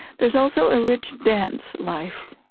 there's also a rich dance life.